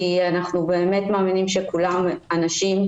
כי אנחנו באמת מאמינים שכולם אנשים,